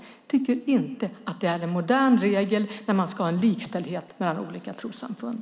Jag tycker inte att det är en modern regel att man ska ha likställighet mellan olika trossamfund.